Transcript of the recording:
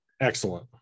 Excellent